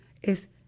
Es